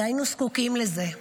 היינו זקוקים לזה.